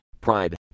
pride